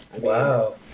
Wow